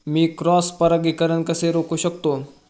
मी cross परागीकरण कसे रोखू शकतो?